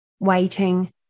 waiting